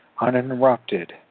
uninterrupted